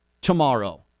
tomorrow